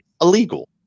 illegal